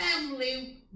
family